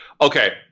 Okay